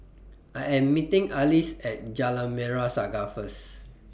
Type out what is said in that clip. I Am meeting Alease At Jalan Merah Saga First